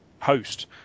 host